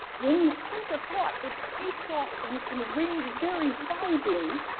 when you think a thought, it takes off, and it can range very widely,